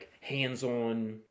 hands-on